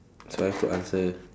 so I have to answer